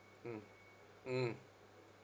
mm mm